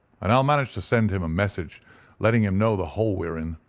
and i'll manage to send him a message letting him know the hole we are in.